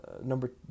number